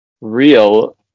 real